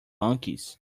monkeys